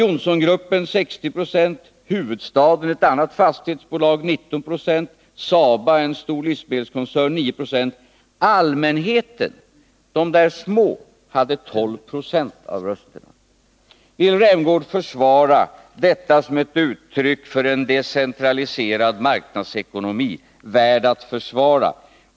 Johnson-gruppen 60 26, Hufvudstaden, ett annat fastighetsbolag, 19 96, Saba, en stor livsmedelskoncern, 9 26. Allmänheten, de där små, hade 12 96 av rösterna. Vill Rolf Rämgård försvara detta som ett uttryck för en decentraliserad marknadsekonomi, värd att försvara?